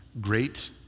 Great